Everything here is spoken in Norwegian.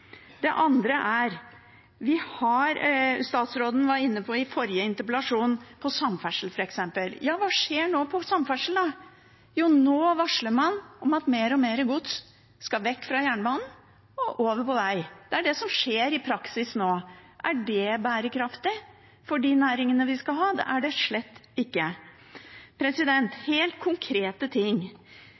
Det andre er: Statsråden var i forrige interpellasjon inne på samferdsel, f.eks. Hva skjer innen samferdsel nå? Jo, nå varsler man om at mer og mer gods skal vekk fra jernbanen og over på vei – det er det som nå skjer i praksis. Er det bærekraftig for de næringene vi skal ha? Det er det slett ikke. Helt konkrete ting: